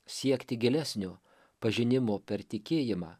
siekti gilesnio pažinimo per tikėjimą